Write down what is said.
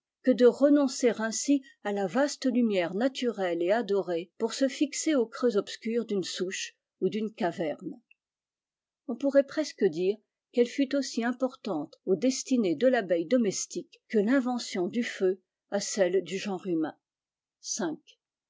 que de renoncer ainsi à la vaste lumière naturelle et adorée pour se fixer aux creux obscurs d'une souche ou d'une caverne on pourrait presque dire qu'elle fut aussi importante aux destinées de l'abeille domestique que l'invention du feu à celles du genre humain